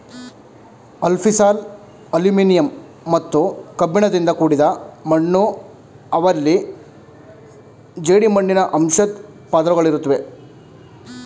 alfisol aluminium ಮತ್ತು ಕಬ್ಬಿಣದಿಂದ ಕೂಡಿದ ಮಣ್ಣು ಅವಲ್ಲಿ ಜೇಡಿಮಣ್ಣಿನ ಅಂಶದ್ ಪದರುಗಳಿರುತ್ವೆ